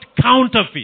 counterfeit